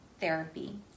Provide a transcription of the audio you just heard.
therapy